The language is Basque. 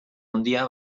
handia